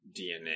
DNA